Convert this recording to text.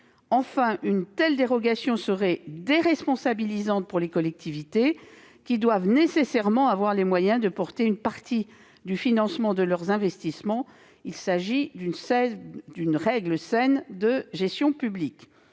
Enfin, une telle dérogation serait déresponsabilisante pour les collectivités qui doivent nécessairement avoir les moyens de financer en partie leurs investissements. Il s'agit d'une règle saine de gestion publique.